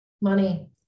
Money